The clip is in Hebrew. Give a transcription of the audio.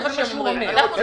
זה מה שהם אומרים.